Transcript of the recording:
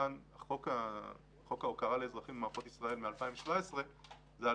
חוק ההוקרה לאזרחים במערכות ישראל מ-2017 הוא על